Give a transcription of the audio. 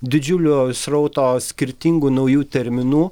didžiulio srauto skirtingų naujų terminų